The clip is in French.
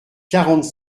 quarante